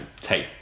take